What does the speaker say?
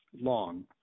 long –